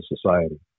society